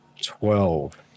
Twelve